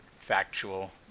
Factual